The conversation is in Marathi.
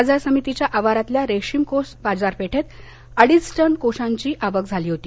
बाजार समितीच्या आवारातल्या रेशीम कोष बाजारपेठेत अडीच टन कोषांची आवक झाली होती